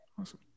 Awesome